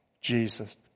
Jesus